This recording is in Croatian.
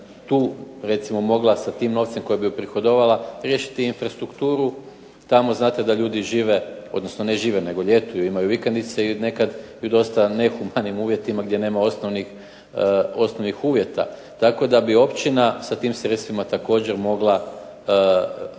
tu recimo sa tim novcem koji bi uprihodovala riješiti infrastrukturu. Tamo znate da ljudi žive, odnosno ne žive nego ljetuju, imaju vikendice i nekad u dosta nehumanim uvjetima gdje nema osnovnih uvjeta tako da bi općina sa tim sredstvima također mogla